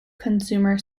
consumer